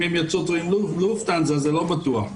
אם הם יטוסו עם לופטהנזה זה לא בטוח.